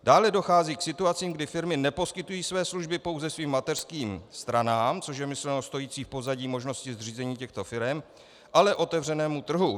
Dále dochází k situacím, kdy firmy neposkytují své služby pouze svým mateřským stranám, což je myšleno stojící v pozadí možnosti zřízení těchto firem, ale otevřenému trhu.